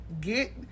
Get